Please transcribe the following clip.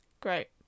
Great